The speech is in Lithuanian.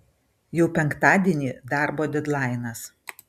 jau penktadienį darbo dedlainas